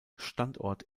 standort